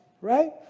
right